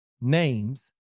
names